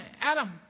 Adam